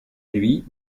lui